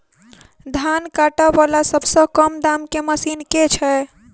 धान काटा वला सबसँ कम दाम केँ मशीन केँ छैय?